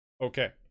Okay